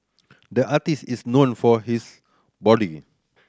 the artist is known for his